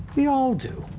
we all do.